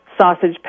sausage